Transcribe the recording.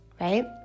right